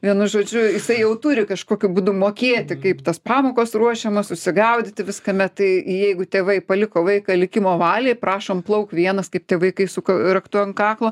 vienu žodžiu jisai jau turi kažkokiu būdu mokėti kaip tos pamokos ruošiamos susigaudyti viskame tai jeigu tėvai paliko vaiką likimo valiai prašom plauk vienas kaip tie vaikai su raktu ant kaklo